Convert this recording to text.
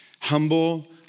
Humble